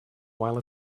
while